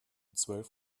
zwölf